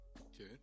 okay